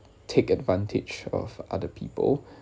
take advantage of other people